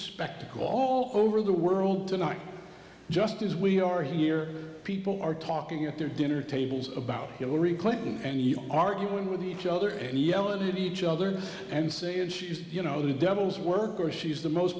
spectacle all over the world tonight just as we are here people are talking at their dinner tables about hillary clinton and you arguing with each other and yelling at each other and say and she's you know the devil's work or she's the most